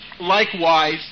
likewise